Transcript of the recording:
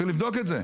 צריך לבדוק את זה.